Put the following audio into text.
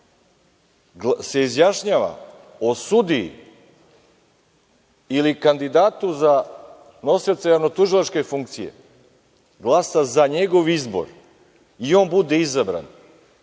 se izjašnjava o sudiji ili kandidatu za nosioce javnotužilačke funkcije, glasa za njegov izbor i on bude izabran,